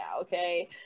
okay